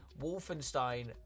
wolfenstein